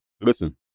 Listen